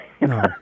No